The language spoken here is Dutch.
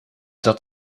dat